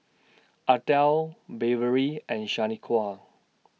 Ardelle Beverly and Shanequa